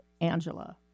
Angela